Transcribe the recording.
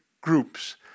groups